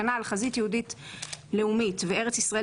וכנ"ל "חזית יהודית לאומית" ו"ארץ ישראל